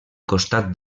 costat